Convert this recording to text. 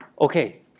Okay